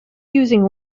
using